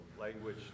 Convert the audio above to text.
language